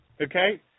okay